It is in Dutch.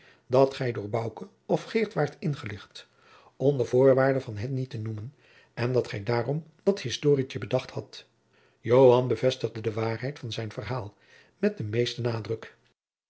dat gij door bouke of geert waart ingelicht onder voorwaarde van hen niet te noemen en dat gij daarom dat historietje bedacht hadt joan bevestigde de waarheid van zijn verhaal met den meesten nadruk